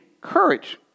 courage